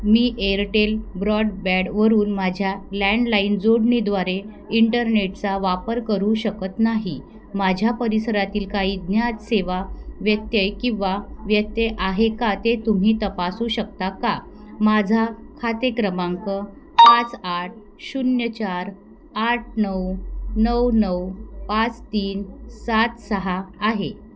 मी Airtel ब्रॉडबॅडवरून माझ्या landline जोडणीद्वारे इंटरनेटचा वापर करू शकत नाही माझ्या परिसरातील काही ज्ञात सेवा व्यत्यय किंवा व्यत्यय आहे का ते तुम्ही तपासू शकता का माझा खाते क्रमांक पाच आठ शून्य चार आठ नऊ नऊ नऊ पाच तीन सात सहा आहे